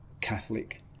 Catholic